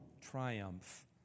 triumph